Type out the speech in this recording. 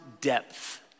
depth